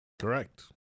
Correct